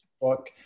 book